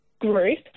group